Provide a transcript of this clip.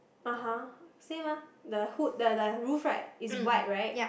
uh (huh) same ah the hood the the roof right is white right